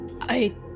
I-